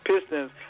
Pistons